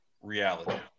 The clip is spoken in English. reality